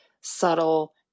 subtle